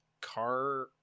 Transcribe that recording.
car